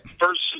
First